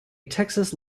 texas